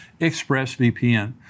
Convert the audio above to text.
ExpressVPN